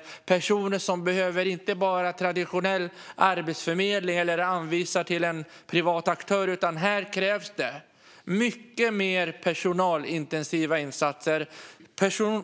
Det är personer som behöver mycket mer än traditionell arbetsförmedling och som inte kan anvisas till en privat aktör. Det krävs personalintensiva insatser,